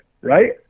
right